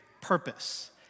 purpose